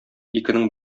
икенең